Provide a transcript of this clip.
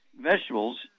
vegetables